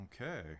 Okay